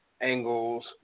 angles